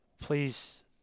please